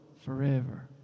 Forever